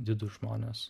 didūs žmonės